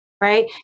Right